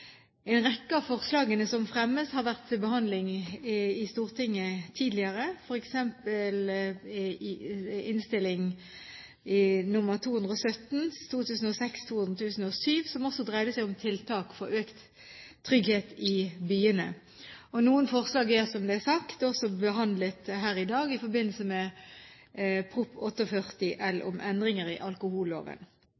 En rekke av forslagene som fremmes, har vært til behandling i Stortinget tidligere, f.eks. Innst. S. nr. 217 for 2006–2007 som også dreide seg om tiltak for økt trygghet i byene. Noen forslag er, som det er sagt, også behandlet her i dag i forbindelse med Prop. 48 L